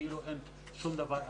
כאילו אין שום דבר אחר.